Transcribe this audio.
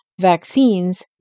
vaccines